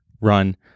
run